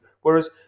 whereas